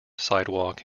sidewalk